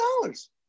dollars